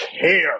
care